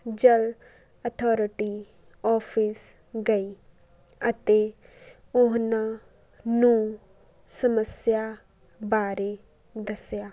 ਜਲ authority office ਗਈ ਅਤੇ ਉਹਨਾਂ ਨੂੰ ਸਮੱਸਿਆ ਬਾਰੇ ਦੱਸਿਆ